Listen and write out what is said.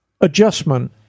adjustment